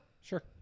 Sure